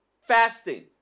Fasting